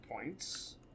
points